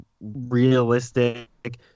realistic